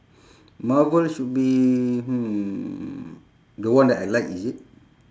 marvel should be hmm the one that I like is it